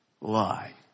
lie